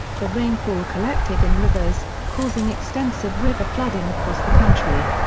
the rainfall collected in rivers, causing extensive river flooding across the country.